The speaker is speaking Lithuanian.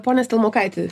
pone stelmokaiti